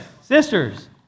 Sisters